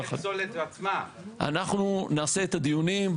אנחנו נעשה את הדיונים.